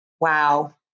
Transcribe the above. wow